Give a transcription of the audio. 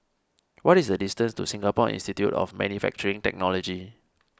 what is the distance to Singapore Institute of Manufacturing Technology